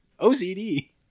OCD